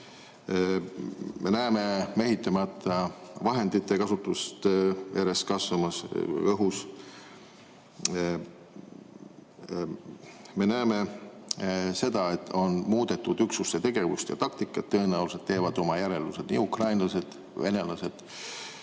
kasvamas mehitamata vahendite kasutust õhus. Me näeme, et on muudetud üksuste tegevust ja taktikat. Tõenäoliselt teevad oma järeldused nii ukrainlased kui ka venelased,